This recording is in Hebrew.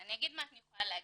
אני אגיד מה שאני יכולה להגיד.